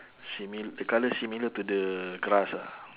simil~ the colour similar to the grass ah